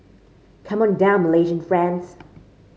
come on down Malaysian friends